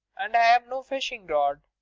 and i've no fishing rod.